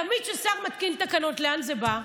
תמיד כששר מתקין תקנות, לאן זה בא?